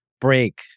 break